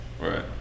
Right